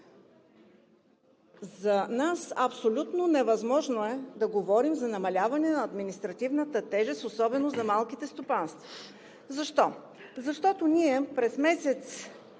За нас е абсолютно невъзможно да говорим за намаляване на административната тежест, особено за малките стопанства. Защо? Защото през месец